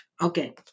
Okay